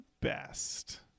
best